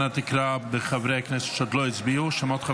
אנא קרא בשמות חברי הכנסת שעוד לא הצביעו.